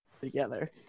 together